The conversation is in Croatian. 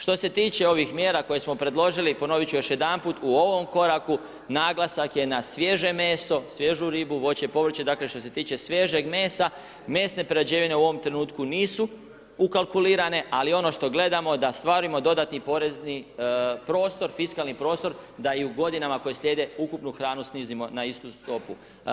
Što se tiče ovih mjera koje smo predložili, ponovit ću još jedanput, u ovom koraku naglasak je na svježe meso, svježu ribu, voće i povrće, dakle što se tiče svježeg mesa, mesne prerađevine u ovom trenutku nisu ukalkulirane ali ono što gledamo da ostvarimo dodatni porezni prostor, fiskalni prostor da i u godinama koje slijede, ukupno hranu snizimo na istu stopu.